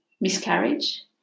miscarriage